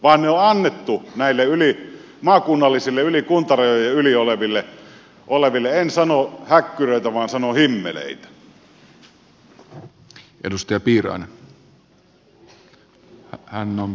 ne on annettu näille maakunnallisille yli kuntarajojen oleville en sano häkkyröille vaan sanon himmeleille